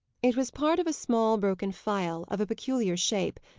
it was part of a small broken phial, of a peculiar shape,